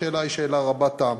השאלה היא שאלה רבת טעם.